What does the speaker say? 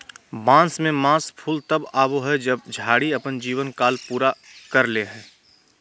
बांस में मास फूल तब आबो हइ जब झाड़ी अपन जीवन काल पूरा कर ले हइ